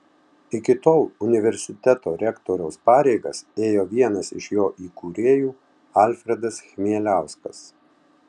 iki tol universiteto rektoriaus pareigas ėjo vienas iš jo įkūrėjų alfredas chmieliauskas